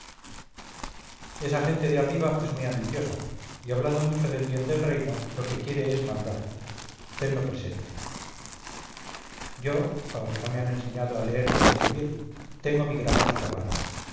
esa gente de arriba es muy ambiciosa y hablando mucho del bien del reino lo que quiere es mandar tenlo presente yo aunque no me han enseñado a leer ni a escribir tengo mi gramática parda